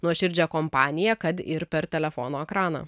nuoširdžią kompaniją kad ir per telefono ekraną